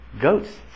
Goats